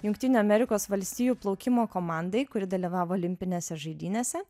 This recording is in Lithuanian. jungtinių amerikos valstijų plaukimo komandai kuri dalyvavo olimpinėse žaidynėse